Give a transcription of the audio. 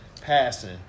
passing